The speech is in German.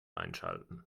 einschalten